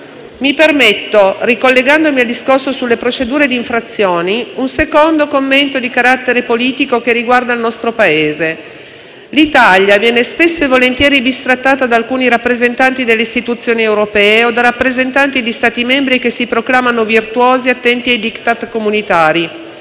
Mi permetto, ricollegandomi al discorso sulle procedure di infrazione, un secondo commento di carattere politico che riguarda il nostro Paese. L'Italia viene spesso e volentieri bistrattata da alcuni rappresentanti delle istituzioni europee o da rappresentanti di Stati membri che si proclamano virtuosi e attenti ai *Diktat* comunitari.